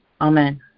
Amen